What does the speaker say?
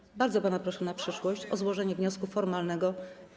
A więc bardzo pana proszę na przyszłość o złożenie wniosku formalnego i.